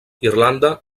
irlanda